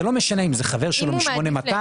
זה לא משנה אם זה חבר שלו מ-8200,